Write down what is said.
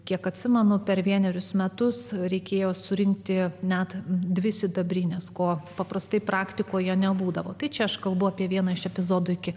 kiek atsimenu per vienerius metus reikėjo surinkti net dvi sidabrines ko paprastai praktikoje nebūdavo tai čia aš kalbu apie vieną iš epizodų iki